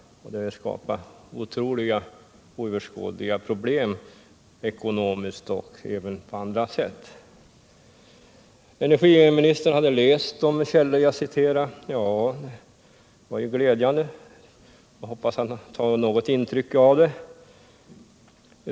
Det skapar oöverskådliga problem ekonomiskt och även på annat sätt. Energiministern hade läst de källor som jag citerade, och det var glädjande. Jag hoppas att han tar något intryck av dem.